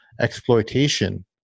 exploitation